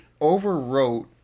overwrote